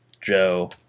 Joe